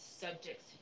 subjects